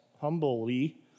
humbly